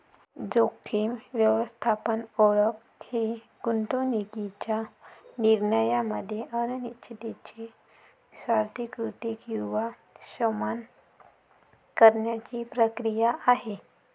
जोखीम व्यवस्थापन ओळख ही गुंतवणूकीच्या निर्णयामध्ये अनिश्चिततेची स्वीकृती किंवा शमन करण्याची प्रक्रिया आहे